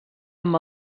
amb